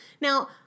Now